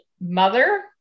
mother